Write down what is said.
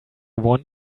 one